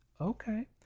Okay